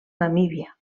namíbia